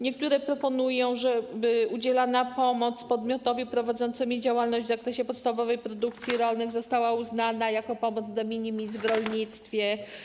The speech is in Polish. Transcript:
Niektóre proponują, żeby pomoc udzielana podmiotowi prowadzącemu działalność w zakresie podstawowej produkcji rolnej została uznana za pomoc de minimis w rolnictwie.